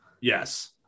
Yes